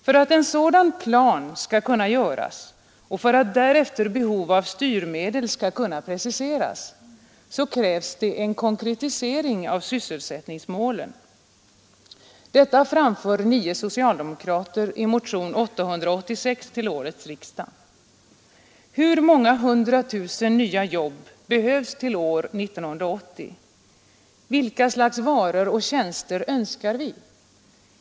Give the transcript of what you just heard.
För att en sådan plan skall kunna göras och för att därefter behov av styrmedel skall kunna preciseras, krävs en konkretisering av sysselsättningsmålen. Detta framför 9 socialdemokrater i motion 886 till årets riksdag. Hur många hundratusen nya jobb behövs till år 1980? Vilka slags varor och tjänster önskar vi?